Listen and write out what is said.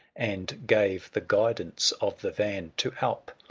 and gave the guidance of the van to alp,